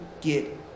get